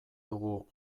dugu